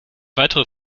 weitere